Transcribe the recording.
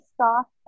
soft